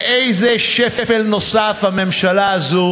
לאיזה שפל נוסף הממשלה הזאת